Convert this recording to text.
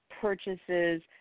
purchases